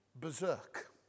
berserk